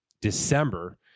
December